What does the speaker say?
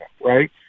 right